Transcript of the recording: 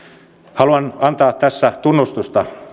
haluan antaa tässä tunnustusta